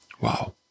Wow